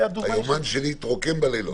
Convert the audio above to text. היומן שלי התרוקן בלילות.